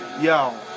Yo